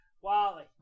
Wally